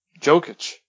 Jokic